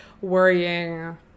worrying